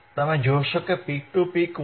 તમે જોશો કે પીક ટુ પીક વોલ્ટેજ 4